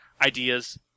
Ideas